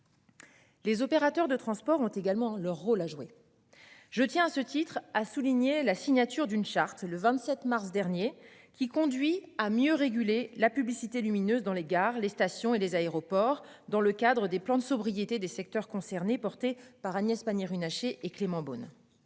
Les opérateurs de transport ont également leur rôle à jouer. Je tiens à ce titre, a souligné la signature d'une charte le 27 mars dernier qu'il conduit à mieux réguler la publicité lumineuse dans les gares les stations et les aéroports, dans le cadre des plans de sobriété des secteurs concernés porté par Agnès Pannier-Runacher et Clément Beaune